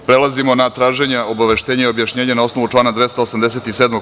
Prelazimo na traženja obaveštenja i objašnjenja na osnovu člana 287.